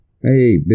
Hey